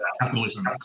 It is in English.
capitalism